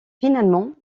finalement